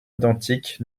identique